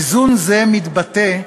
איזון זה מתבטא,